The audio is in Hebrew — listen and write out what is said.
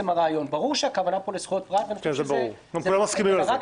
הרעיון ברור שהכוונה היא לזכויות פרט אלא רק